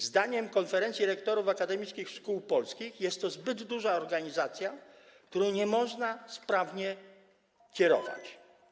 Zdaniem Konferencji Rektorów Akademickich Szkół Polskich jest to zbyt duża organizacja, którą nie da się sprawnie kierować.